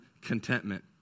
contentment